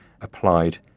applied